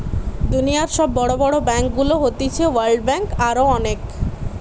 দুনিয়র সব বড় বড় ব্যাংকগুলো হতিছে ওয়ার্ল্ড ব্যাঙ্ক, আরো অনেক